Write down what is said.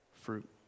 fruit